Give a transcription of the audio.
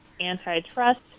antitrust